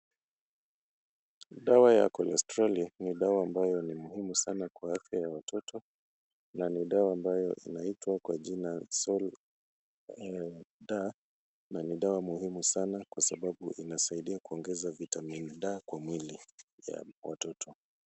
Dawa ya kolestroli , ni dawa ambayo ni muhimu sana kwa afya ya watoto na ni dawa ambayo inaitwa kwa jina Sol-D na ni dawa muhimu sana kwa sababu inasaidia kuongeza vitamini D kwa mwili ya watoto.